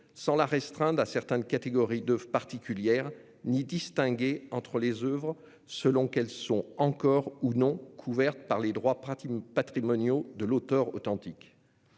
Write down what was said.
sans la restreindre à certaines catégories d'oeuvres particulières ni distinguer entre les oeuvres selon qu'elles sont encore ou non couvertes par les droits patrimoniaux de l'auteur authentique.